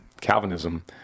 Calvinism—